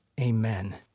Amen